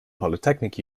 polytechnic